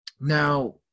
Now